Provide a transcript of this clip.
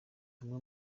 bamwe